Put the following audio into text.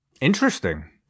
Interesting